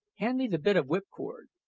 hand me the bit of whip-cord.